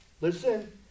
listen